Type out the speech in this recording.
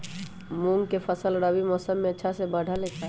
मूंग के फसल रबी मौसम में अच्छा से बढ़ ले का?